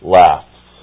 laughs